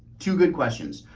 two good questions.